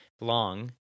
long